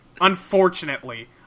Unfortunately